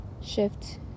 shift